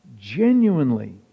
genuinely